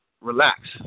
relax